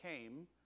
came